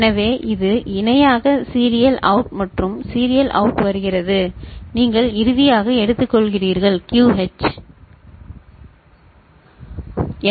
எனவே இது இணையாக சீரியல் அவுட் மற்றும் சீரியல் அவுட் வருகிறது நீங்கள் இறுதியாக எடுத்துக்கொள்கிறீர்கள் QH சரி